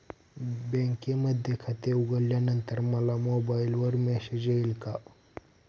बँकेमध्ये खाते उघडल्यानंतर मला मोबाईलवर मेसेज येईल का?